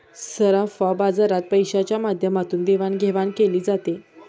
सराफा बाजारात पैशाच्या माध्यमातून देवाणघेवाण केली जाते